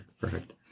Perfect